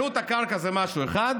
עלות הקרקע זה משהו אחר